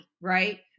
right